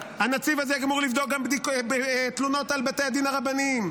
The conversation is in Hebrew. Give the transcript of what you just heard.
הנציב הזה אמור לבדוק גם תלונות על בתי הדין הרבניים,